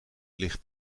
ligt